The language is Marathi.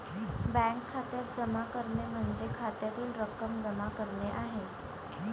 बँक खात्यात जमा करणे म्हणजे खात्यातील रक्कम जमा करणे आहे